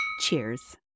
Cheers